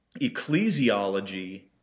ecclesiology